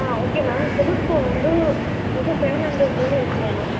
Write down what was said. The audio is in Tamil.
ஆ ஓகே மேம் சிபில்ஸ் ஸ்கோர் வந்து மோஸ்ட்டாக செவன் ஹண்ட்ரட்க்கு மேலே இருக்கணும் மேம்